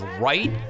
right